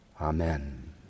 Amen